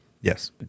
Yes